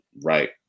right